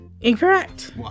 Incorrect